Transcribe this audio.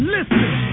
Listen